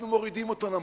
אנחנו מורידים אותו נמוך.